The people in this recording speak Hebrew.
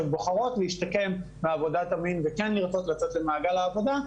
שהן בוחרות להשתקם מעבודת המין וכן לרצות לצאת למעגל העבודה,